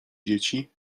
dzieci